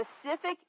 specific